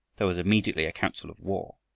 there was immediately a council of war.